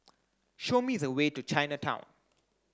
show me the way to Chinatown